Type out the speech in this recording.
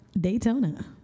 Daytona